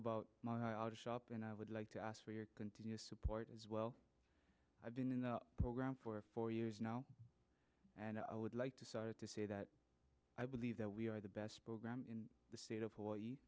about my how to shop and i would like to ask for your continued support as well i've been in the program for four years now and i would like to sorry to say that i believe that we are the best program in the state of hawaii